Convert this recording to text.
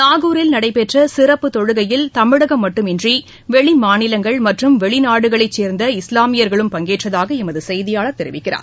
நாகூரில் நடைபெற்ற சிறப்பு தொழுகையில் தமிழகம் மட்டுமின்றி வெளி மாநிலங்கள் மற்றும் வெளிநாடுகளைச் சேர்ந்த இஸ்லாமியர்களும் பங்கேற்றதாக எமது செய்தியாளர் தெரிவிக்கிறார்